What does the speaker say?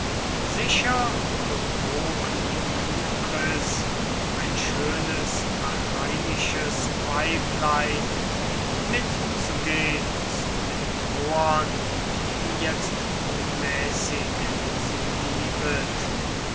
sicher bewog nun kypris ein schönes achaiisches weiblein mitzugehn zu den troern die jetzt unmäßig sie liebet